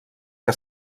que